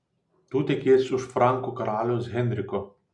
tu tekėsi už frankų karaliaus henriko